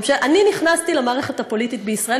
אני נכנסתי למערכת הפוליטית בישראל,